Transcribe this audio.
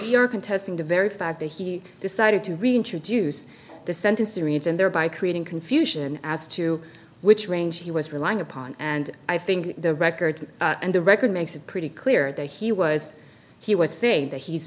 your contesting the very fact that he decided to reintroduce the sentence reads and thereby creating confusion as to which range he was relying upon and i think the record and the record makes it pretty clear that he was he was saying that he's